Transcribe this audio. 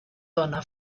dóna